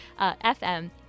FM